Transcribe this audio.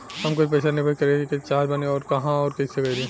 हम कुछ पइसा निवेश करे के चाहत बानी और कहाँअउर कइसे करी?